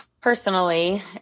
personally